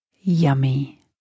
yummy